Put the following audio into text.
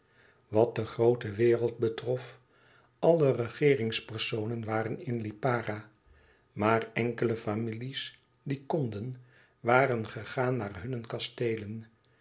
wat de groote wereld betrof alle regeeringspersonen waren in lipara maar enkele families die konden waren gegaan naar hunne kasteelen